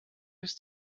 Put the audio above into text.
ist